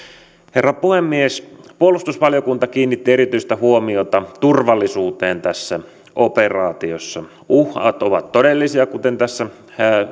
herra puhemies puolustusvaliokunta kiinnitti erityistä huomiota turvallisuuteen tässä operaatiossa uhat ovat todellisia kuten tässä